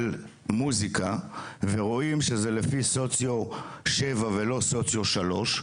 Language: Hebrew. מוזיקה ורואים שזה לפי סוציו שבע ולא סוציו שלוש,